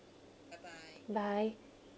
bye